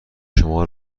شما